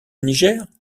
niger